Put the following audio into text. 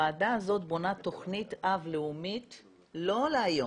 הוועדה הזאת בונה תכנית אב לאומית לא להיום,